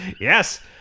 Yes